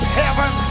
heaven